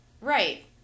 right